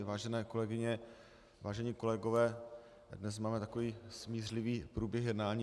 Vážené kolegyně, vážení kolegové, dnes máme takový smířlivý průběh jednání.